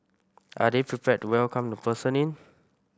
are they prepared to welcome the person in